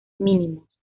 mínimos